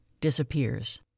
disappears